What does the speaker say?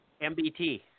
MBT